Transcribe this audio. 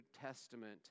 Testament